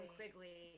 Quigley